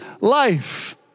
life